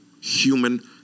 human